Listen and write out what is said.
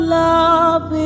love